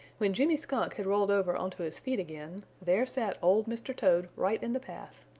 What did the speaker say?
when jimmy skunk had rolled over onto his feet again, there sat old mr. toad right in the path,